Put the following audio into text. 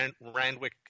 Randwick